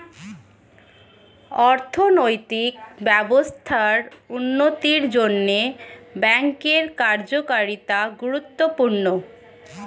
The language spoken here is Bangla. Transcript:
অর্থনৈতিক ব্যবস্থার উন্নতির জন্যে ব্যাঙ্কের কার্যকারিতা গুরুত্বপূর্ণ